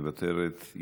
מוותרת,